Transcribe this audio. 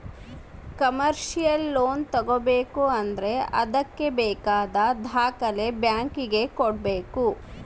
commercial loan ತಗೋಬೇಕು ಅಂದ್ರೆ ಅದ್ಕೆ ಬೇಕಾದ ದಾಖಲೆ ಬ್ಯಾಂಕ್ ಗೆ ಕೊಡ್ಬೇಕು